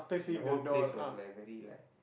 and the whole place was like very like